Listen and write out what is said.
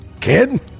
Kid